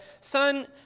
Son